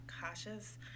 cautious